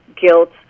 guilt